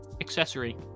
accessory